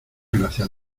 gracias